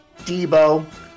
Debo